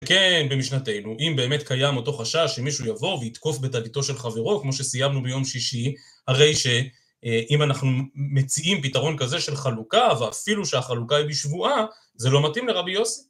כן, במשנתנו, אם באמת קיים אותו חשש שמישהו יבוא ויתקוף בטליתו של חברו, כמו שסיימנו ביום שישי, הרי שאם אנחנו מציעים פתרון כזה של חלוקה, ואפילו שהחלוקה היא בשבועה, זה לא מתאים לרבי יוסי.